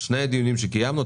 שני הדיונים שקיימנו.